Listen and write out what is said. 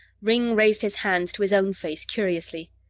ringg raised his hands to his own face curiously.